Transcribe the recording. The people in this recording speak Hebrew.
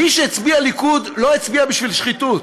מי שהצביע ליכוד לא הצביע בשביל שחיתות.